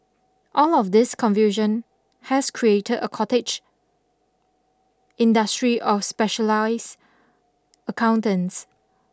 all of this confusion has created a cottage industry of specialised accountants